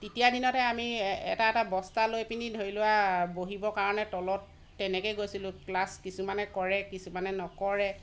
তেতিয়া দিনতে আমি এটা এটা বস্তা লৈ পিনি ধৰি লোৱা বহিবৰ কাৰণে তলত তেনেকৈ গৈছিলোঁ ক্লাছ কিছুমানে কৰে কিছুমানে নকৰে